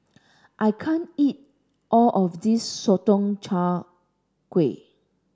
I can't eat all of this Sotong Char Kway